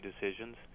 decisions